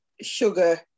Sugar